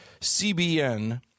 CBN